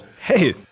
Hey